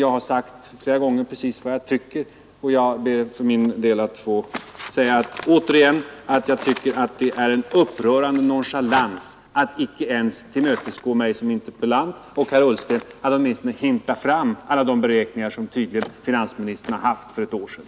Jag har sagt flera gånger vad jag tycker, och jag ber nu till slut att återigen få säga att det är en upprörande nonchalans att icke tillmötesgå mig så mycket som interpellant att åtminstone lägga fram de beräkningar som finansministern uppenbarligen hade för ett år sedan!